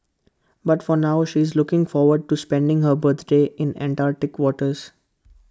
but for now she is looking forward to spending her birthday in Antarctic waters